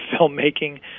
filmmaking